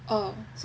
orh